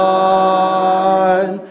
one